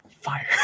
Fire